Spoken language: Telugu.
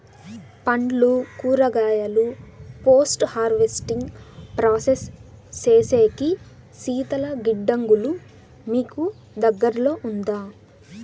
పండ్లు కూరగాయలు పోస్ట్ హార్వెస్టింగ్ ప్రాసెస్ సేసేకి శీతల గిడ్డంగులు మీకు దగ్గర్లో ఉందా?